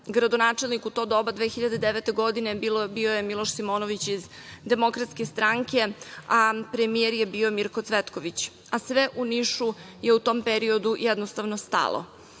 uradili. Gradonačelnik u to doba 2009. godine bio je Miloš Simonović iz DS, a premijer je bio Mirko Cvetković, a sve u Nišu je u tom periodu jednostavno stalo.